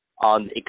on